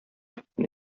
итне